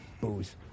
booze